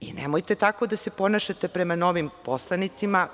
Nemojte tako da se ponašate prema novim poslanicima.